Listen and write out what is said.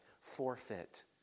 forfeit